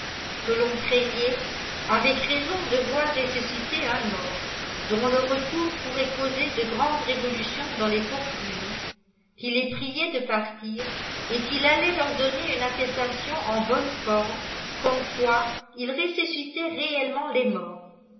que l'on craignait avec raison de voir ressusciter un mort dont le retour pourrait causer de grandes révolutions dans les fortunes quil les priait de partir et qu'il allait leur donner une attestation en bonne forme comme quoi ils ressuscitaient réellement les morts